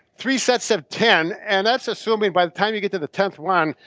three sets of ten and that's assuming by the time you get to the tenth one,